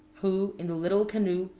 who, in the little canoe,